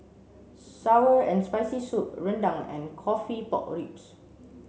sour and spicy soup Rendang and coffee pork ribs